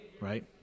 Right